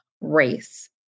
race